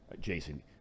Jason